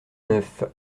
neuf